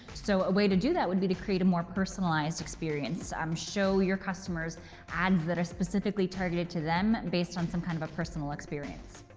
so a way to do that would be to create a more personalized experience. um show your customers ads that are specifically targeted to them, based on some kind of of personal experience.